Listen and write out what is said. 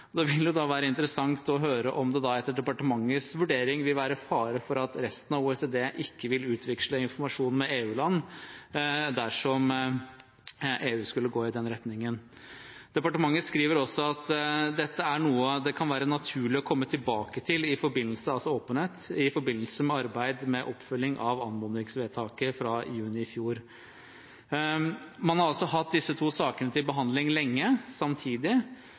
Det vil da være interessant å høre om det etter departementets vurdering vil være fare for at resten av OECD ikke vil utveksle informasjon med EU-land dersom EU skulle gå i den retningen. Departementet skriver også at spørsmålet om åpenhet kan det være naturlig å komme tilbake til i forbindelse med arbeid med oppfølging av anmodningsvedtaket fra juni i fjor. Man har altså hatt disse to sakene til behandling lenge samtidig,